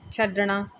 ਛੱਡਣਾ